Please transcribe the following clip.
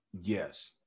Yes